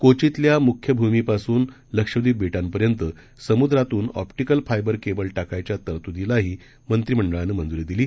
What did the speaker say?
कोचीतल्या मुख्य भूमीपासून लक्षद्वीप बेटांपर्यंत समुद्रातून ऑप्टीकल फायबर केबल टाकायच्या तरतूदीलाही मंत्रिमंडळानं मंजुरी दिली